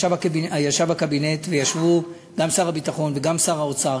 ישב הקבינט וישבו גם שר הביטחון וגם שר האוצר,